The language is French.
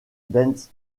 benz